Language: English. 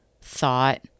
thought